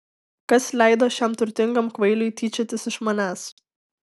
kas leido šiam turtingam kvailiui tyčiotis iš manęs